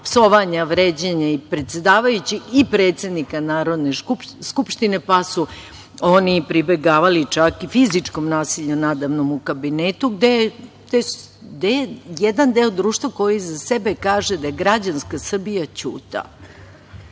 psovanja, vređanja i predsedavajućeg i predsednika Narodne skupštine, pa su oni pribegavali čak i fizičkom nasilju nada mnom u kabinetu, gde je jedan deo društva koji za sebe kaže da je građanska Srbija ćutao.